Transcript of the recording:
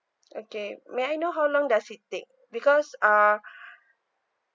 okay may I know how long does it take because uh